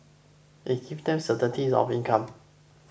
it gave them certainty of income